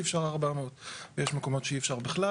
אפשר 400 ויש מקומות שאי אפשר בכלל,